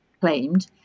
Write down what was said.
claimed